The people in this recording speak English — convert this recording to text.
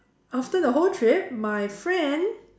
after the whole trip my friend